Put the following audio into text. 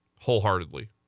wholeheartedly